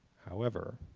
however